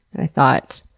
i thought,